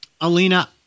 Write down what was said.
Alina